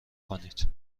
کنید